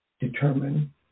determine